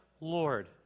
Lord